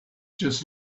just